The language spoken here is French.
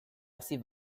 assez